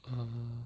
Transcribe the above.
err